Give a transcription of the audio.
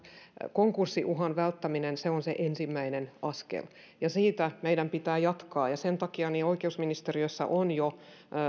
konkurssiuhan välttäminen on se ensimmäinen askel ja siitä meidän pitää jatkaa sen takia oikeusministeriössä on jo